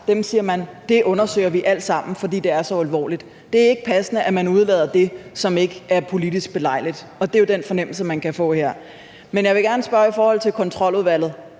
siger man: Det undersøger vi alt sammen, fordi det er så alvorligt. Det er ikke passende, at man udelader det, som ikke er politisk belejligt, og det er jo den fornemmelse, man kan få her. Men jeg vil gerne spørge om noget i forhold til Kontroludvalget.